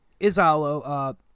Isalo